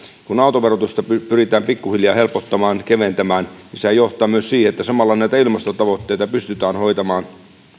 kun autoverotusta pyritään pikkuhiljaa helpottamaan keventämään niin sehän johtaa myös siihen että samalla näitä ilmastotavoitteita pystytään hoitamaan